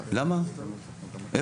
איפה?